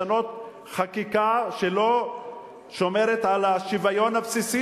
לשנות חקיקה שלא שומרת על השוויון הבסיסי